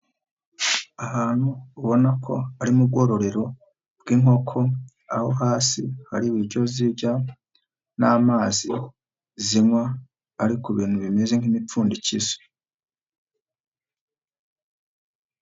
Ahantu ubona ko ari mu bwororero bw'inkoko, aho hasi hari ibiryo zijya n'amazi zinywa, ari ku bintu bimeze nk'imipfundikizo.